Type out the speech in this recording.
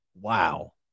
Wow